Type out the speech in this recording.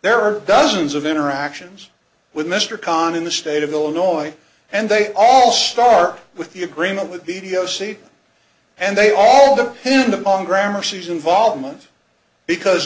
there are dozens of interactions with mr khan in the state of illinois and they all start with the agreement with video c and they all depended on grammar she's involvement because